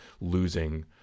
losing